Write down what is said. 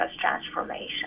transformation